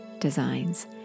designs